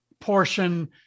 portion